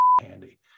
handy